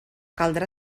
caldrà